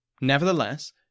Nevertheless